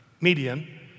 median